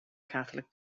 catholic